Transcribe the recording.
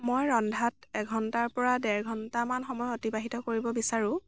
মই ৰন্ধাত এঘণ্টাৰ পৰা ডেৰ ঘণ্টামান সময় অতিবাহিত কৰিব বিচাৰোঁ